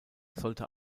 sollte